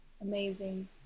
Amazing